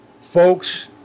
folks